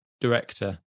director